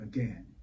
Again